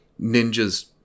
ninjas